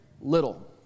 Little